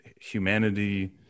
humanity